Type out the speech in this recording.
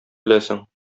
беләсең